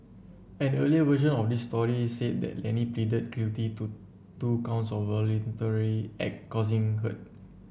an earlier version of this story said that Lenny pleaded guilty to two counts of causing hurt